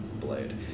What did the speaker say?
Blade